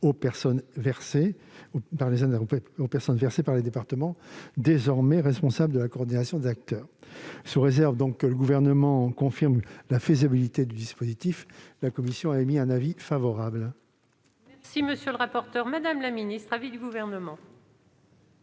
aux personnes versées par les départements, désormais responsables de la coordination des acteurs. Sous réserve que le Gouvernement confirme la faisabilité du dispositif, la commission émet un avis favorable sur cet amendement. Quel est l'avis du Gouvernement